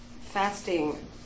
fasting